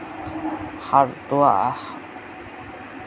সাৰটো